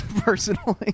personally